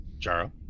Jaro